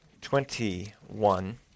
twenty-one